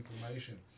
information